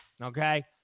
Okay